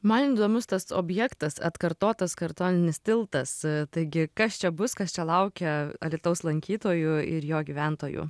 man įdomus tas objektas atkartotas kartoninis tiltas taigi kas čia bus kas čia laukia alytaus lankytojų ir jo gyventojų